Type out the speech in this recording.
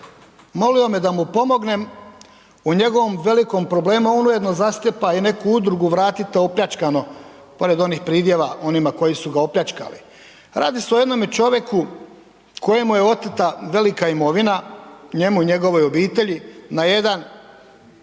molio me da mu pomognem, u njegovom velikom problemu a on ujedno zastupa i neku udrugu, vratite opljačkano pored onih pridjeva onima koji su ga opljačkali. Radi se o jednome čovjeku kojemu je oteta velika imovina, njemu i njegovoj obitelji na jedan